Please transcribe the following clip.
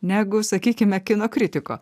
negu sakykime kino kritiko